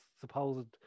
supposed